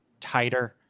tighter